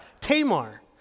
Tamar